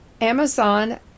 Amazon